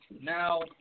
Now